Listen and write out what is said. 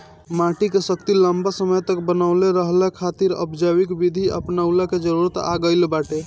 माटी के शक्ति लंबा समय तक बनवले रहला खातिर अब जैविक विधि अपनऊला के जरुरत आ गईल बाटे